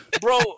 Bro